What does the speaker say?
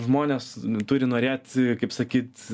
žmonės turi norėti kaip sakyt